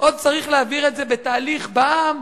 עוד צריך להעביר את זה בתהליך בעם,